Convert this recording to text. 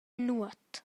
nuot